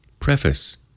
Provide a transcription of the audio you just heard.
Preface